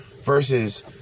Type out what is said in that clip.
versus